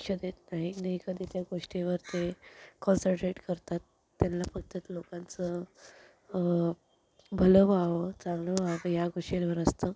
लक्ष देत नाही मी कधी त्या गोष्टीवरती कॉन्सन्ट्रेट करतात त्यांना प्रत्येक लोकांचं भलं व्हावं चांगलं व्हावं या गोष्टींवर असतो